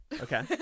okay